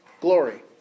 glory